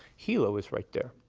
hilo is right there.